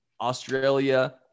australia